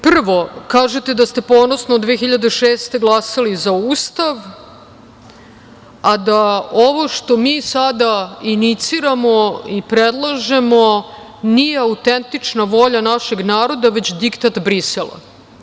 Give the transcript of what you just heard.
Prvo, kažete da ste ponosno 2006. godine glasali za Ustav, a da ovo što mi sada iniciramo i predlažemo nije autentična volja našeg naroda već diktat Brisela.